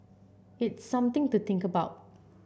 it's something to think about